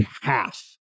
half